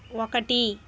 ఒకటి